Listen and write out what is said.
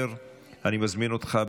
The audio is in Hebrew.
אם כן,